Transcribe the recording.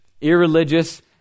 irreligious